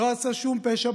לא עשה שום פשע.